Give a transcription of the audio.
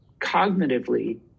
cognitively